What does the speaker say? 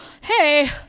hey